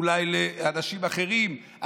אולי לאנשים אחרים,